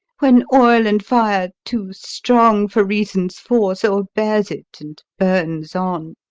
when oil and fire, too strong for reason's force, o'erbears it and burns on.